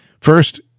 First